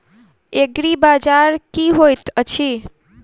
एग्रीबाजार की होइत अछि?